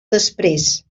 després